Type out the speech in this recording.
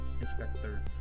inspector